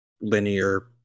linear